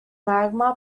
magma